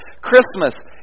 Christmas